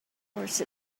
course